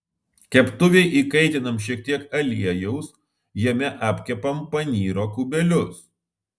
keptuvėj įkaitinam šiek tiek aliejaus jame apkepam panyro kubelius